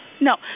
No